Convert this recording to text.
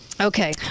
Okay